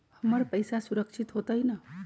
हमर पईसा सुरक्षित होतई न?